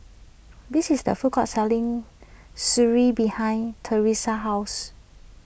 this is a food court selling Sireh behind Tresa's house